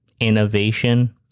innovation